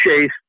chase